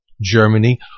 Germany